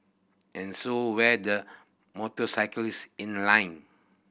and so were the motorcyclists in line